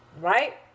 right